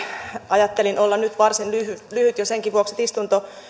ajattelin olla nyt varsin lyhyt lyhyt jo senkin vuoksi että